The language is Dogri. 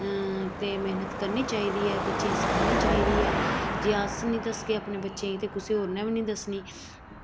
ते मैह्नत करनी चाहिदी ऐ बच्चें ई सिक्खानी चाहिदी ऐ जे अस निं दस्सगे अपने बच्चे गी ते कुसै होर नै बी निं दस्सनी